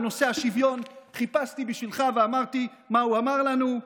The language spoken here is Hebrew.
בנושא השוויון חיפשתי בשבילך ומצאתי מה הוא אמר לנו.